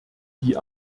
die